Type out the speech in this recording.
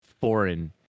foreign